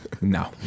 no